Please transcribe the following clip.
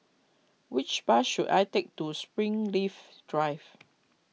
which bus should I take to Springleaf Drive